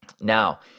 Now